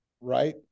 right